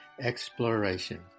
Exploration